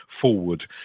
forward